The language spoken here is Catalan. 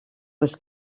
les